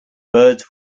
birds